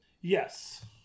Yes